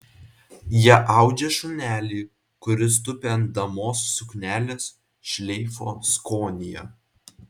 jie audžia šunelį kuris tupi ant damos suknelės šleifo skonyje